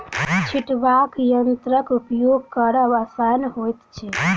छिटबाक यंत्रक उपयोग करब आसान होइत छै